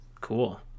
Cool